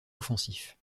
offensif